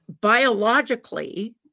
biologically